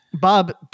Bob